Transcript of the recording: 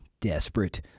Desperate